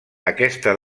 aquesta